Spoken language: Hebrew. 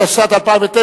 התשס"ט 2009,